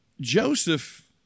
Joseph